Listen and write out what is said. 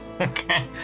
Okay